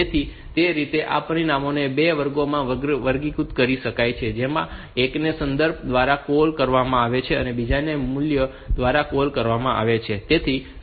તેથી તે રીતે આ પરિમાણોને 2 વર્ગોમાં વર્ગીકૃત કરી શકાય છે જેમાં એકને સંદર્ભ દ્વારા કૉલ કરવામાં આવે છે અને બીજાને મૂલ્ય દ્વારા કૉલ કરવામાં આવે છે